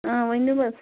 ؤنیُو حظ